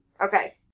Okay